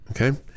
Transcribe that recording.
Okay